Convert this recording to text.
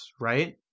right